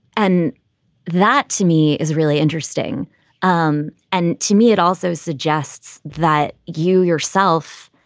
and that to me is really interesting um and to me, it also suggests that you yourself,